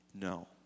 No